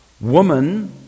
woman